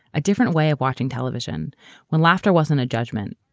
a different way of watching television when laughter wasn't a judgment,